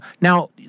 Now